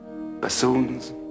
Bassoons